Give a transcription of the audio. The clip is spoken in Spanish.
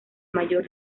mayor